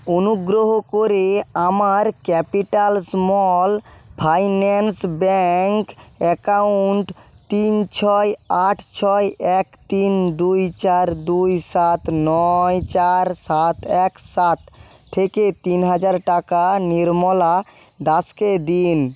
অনুগ্রহ করে আমার capital small finance bank account তিন ছয় আট ছয় এক তিন দুই চার দুই সাত নয় চার সাত এক সাত থেকে তিন হাজার টাকা নির্মলা দাসকে দিন